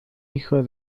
hijo